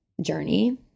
journey